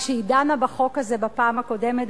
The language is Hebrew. כשהיא דנה בחוק הזה בפעם הקודמת,